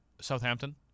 Southampton